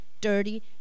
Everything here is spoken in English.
dirty